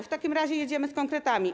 W takim razie jedziemy z konkretami.